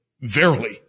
verily